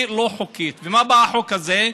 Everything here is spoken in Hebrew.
היא לא חוקית, ומה בא החוק הזה?